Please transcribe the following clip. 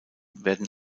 werden